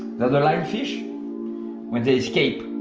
the other lionfish when they escape